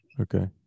okay